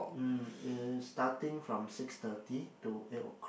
mm it's starting from six thirty to eight o'clock